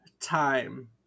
time